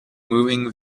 moving